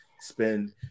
spend